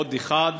עוד אחת.